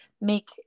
make